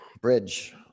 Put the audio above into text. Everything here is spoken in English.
Bridge